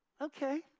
okay